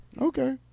okay